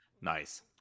nice